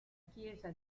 chiesa